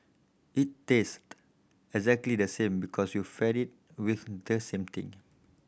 it taste exactly the same because you feed it with the same thing